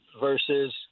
versus